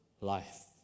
life